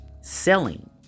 selling